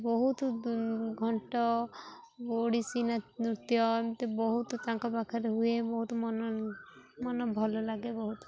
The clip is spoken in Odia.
ବହୁତ ଘଣ୍ଟ ଓଡ଼ିଶୀ ନୃତ୍ୟ ଏମିତି ବହୁତ ତାଙ୍କ ପାଖରେ ହୁଏ ବହୁତ ମନ ମନ ଭଲ ଲାଗେ ବହୁତ